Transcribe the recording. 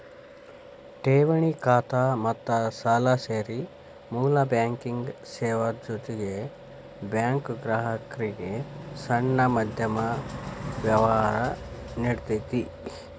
ಠೆವಣಿ ಖಾತಾ ಮತ್ತ ಸಾಲಾ ಸೇರಿ ಮೂಲ ಬ್ಯಾಂಕಿಂಗ್ ಸೇವಾದ್ ಜೊತಿಗೆ ಬ್ಯಾಂಕು ಗ್ರಾಹಕ್ರಿಗೆ ಸಣ್ಣ ಮಧ್ಯಮ ವ್ಯವ್ಹಾರಾ ನೇಡ್ತತಿ